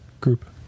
group